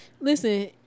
Listen